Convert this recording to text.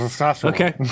Okay